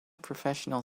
professional